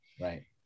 Right